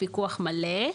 פיקוח מלא,